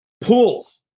pools